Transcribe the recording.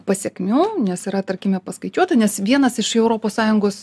pasekmių nes yra tarkime paskaičiuota nes vienas iš europos sąjungos